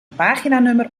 paginanummer